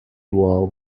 while